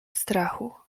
strachu